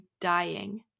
dying